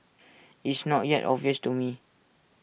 it's not yet obvious to me